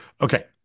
okay